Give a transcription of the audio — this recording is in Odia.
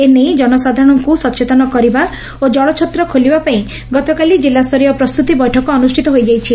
ଏନେଇ ଜନସାଧାରଣଙ୍କୁ ସଚେତନ କରିବା ଓ ଜଳଛତ୍ର ଖୋଲିବା ପାଇଁ ଗତକାଲି ଜିଲ୍ଲାସ୍ଟରୀୟ ପ୍ରସ୍ତୁତି ବୈଠକ ଅନୁଷ୍ଟିତ ହୋଇଯାଇଛି